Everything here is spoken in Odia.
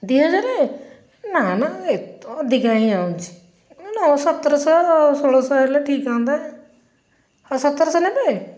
ଦୁଇ ହଜାର ଏ ନା ନା ଏତେ ଅଧିକା ହେଇଯାଉଛି ନା ସତରଶହ ଷୋହଳଶହ ହେଲେ ଠିକ ହୁଅନ୍ତା ହେଉ ସତରଶହ ନେବେ